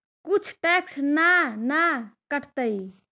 कुछ टैक्स ना न कटतइ?